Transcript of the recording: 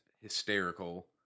hysterical